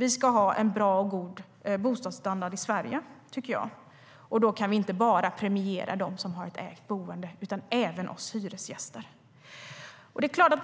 Vi ska ha en bra och god bostadsstandard i Sverige, och då kan vi inte bara premiera dem som har ett ägt boende. Det är klart att